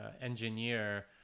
engineer